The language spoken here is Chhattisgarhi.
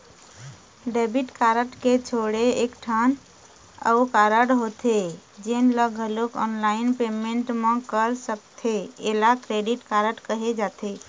डेबिट कारड के छोड़े एकठन अउ कारड होथे जेन ल घलोक ऑनलाईन पेमेंट म कर सकथे एला क्रेडिट कारड कहे जाथे